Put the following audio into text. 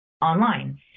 online